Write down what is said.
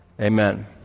Amen